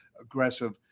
aggressive